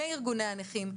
מארגוני הנכים,